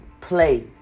play